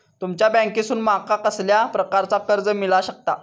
तुमच्या बँकेसून माका कसल्या प्रकारचा कर्ज मिला शकता?